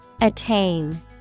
Attain